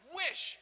wish